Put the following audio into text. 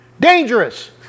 Dangerous